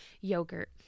yogurt